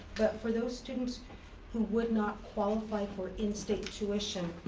for those students who would not qualify for in-state tuition,